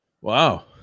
Wow